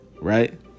Right